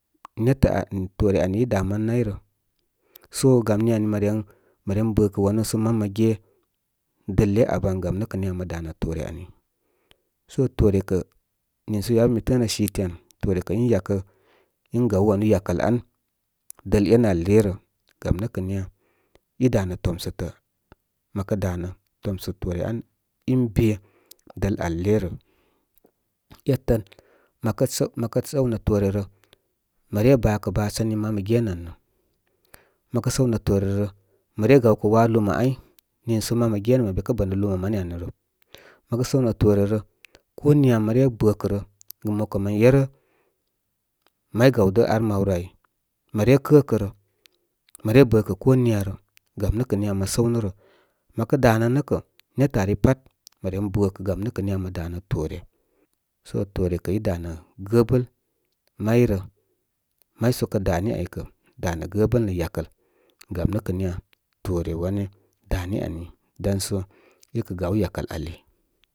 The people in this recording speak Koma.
Ne’tə m̄h toore aui. Í da’, man nayrə. So gam ni aui mə ren, mə ren bə kə’ wanu sə man mə ge dələ abə aui gam nə’ kə̀ niya mə da’ nə’ toore aui. So toore kə̀ nììsə yabo mi tə̄ə̄ nə’ site ani toore kə̀ ín yakə í ngaw wanu yakə i a’u dəl enə ál le rə. Gam nə’ kə̀ niya í domə tomsə tə. Mə kə damə tomsə toore au, í n be dəl ál i e rə. ɛtən mə kə səw, mə kə səw nə’ toore rə, mə re bakə baa ni sə manmə ge nə’ a’u nə. Mə kə’ səw nə’ au nə. Mə kə’ sa’w nə’ toore rə, mə re gaw kə’ wa luma ay nìì sə man mə ge nə’ mə be kə bənə luma beni au ni rə. Mə kə səw nə’ toore rə ko niya mə bə kə rə. Mo kə̀ mən yerə may gawdə ar mawrə áy. Mə re kə’ kə’ rə. Mə re’ bə’ kə̀ ko niyi rə. Gam nə’ kə’ niya mə səw nə’ rə. Mə kə’ dà nə’ nə’ kəꞌ, netə ari fat mə ren bətə’ gam nə’ kə’ niya mə da’ nə’g toore. Sə toore kə í dān ə gə bəl may rə. May sokə dāní áy kə’ danə gəbəl- nə’ yakəl. Gamnə’ kəꞌ niya toore wane dá ni aui dan so í kə’ gaw yakəl ali.